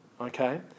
Okay